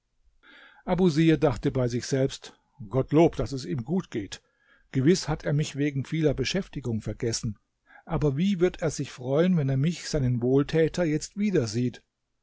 abusir dachte bei sich selbst gottlob daß es ihm gut geht gewiß hat er mich wegen vieler beschäftigung vergessen aber wie wird er sich freuen wenn er mich seinen wohltäter jetzt wiedersieht